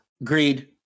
Agreed